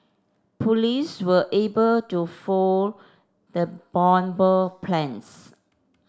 police were able to foil the bomber plans